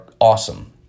awesome